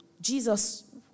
Jesus